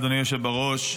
תודה, אדוני היושב בראש.